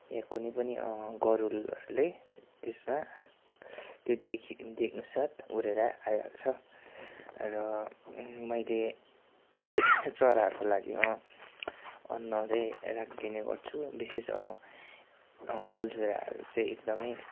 या कुनै पनि गडुरहरूले त्यसमा त्यो देखी देख्नुसाथ उडेर आइहाल्छ र मैले चराहरूको लागि अन्न चाहिँ राख्दिने गर्छु विशेष कलचुडाहरू चाहिँ एकदमै